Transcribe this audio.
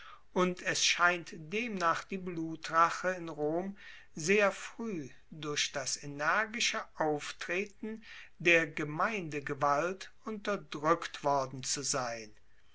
und es scheint demnach die blutrache in rom sehr frueh durch das energische auftreten der gemeindegewalt unterdrueckt worden zu sein